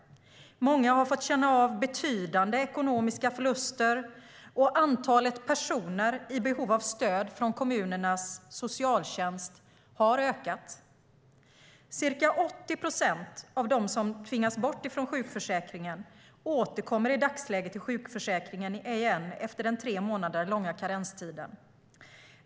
Många har fått känna av betydande ekonomiska förluster, och antalet personer i behov av stöd från kommunernas socialtjänst har ökat. Ca 80 procent av dem som tvingas bort från sjukförsäkringen återkommer i dagsläget till sjukförsäkringen igen efter den tre månader långa karenstiden.